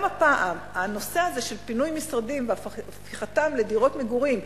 גם הפעם הנושא של פינוי משרדים והפיכתם לדירות מגורים,